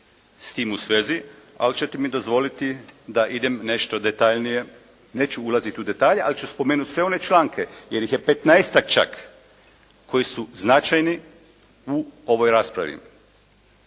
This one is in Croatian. s tim u svezi, ali ćete mi dozvoliti da idem nešto detaljnije, neću ulaziti u detalje, ali ću spomenuti sve one članke, jer ih je 15-tak čak koji su značajni u ovoj raspravi.